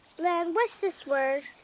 blynn, what's this word?